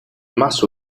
más